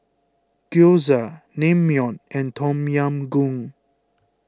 Gyoza Naengmyeon and Tom Yam Goong